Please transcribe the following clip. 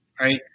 Right